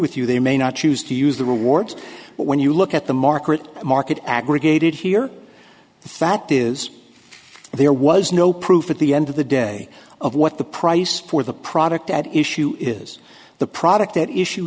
with you they may not choose to use the rewards but when you look at the market market aggregated here the fact is there was no proof at the end of the day of what the price for the product at issue is the product at issue